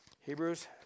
Hebrews